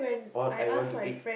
all I want to eat